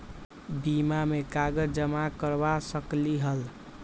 बीमा में कागज जमाकर करवा सकलीहल?